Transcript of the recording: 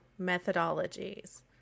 methodologies